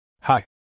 Hi